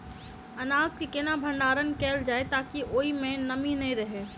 अनाज केँ केना भण्डारण कैल जाए ताकि ओई मै नमी नै रहै?